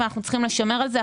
ואנחנו צריכים לשמור על זה,